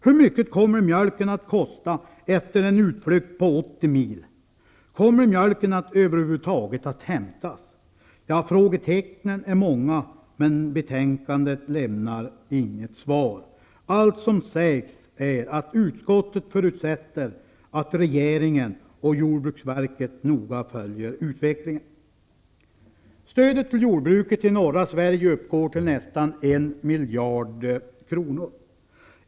Hur mycket kommer mjölken att kosta efter en utflykt på 80 mil? Kommer mjölken över huvud taget att hämtas? Frågetecknen är många, men betänkandet lämnar inget svar. Allt som sägs är att utskottet förutsätter att regeringen och jordbruksverket noga följer utvecklingen. Stödet till jordbruket i norra Sverige uppgår till nästan en miljard kronor.